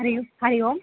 हरिः य् हरिः ओम्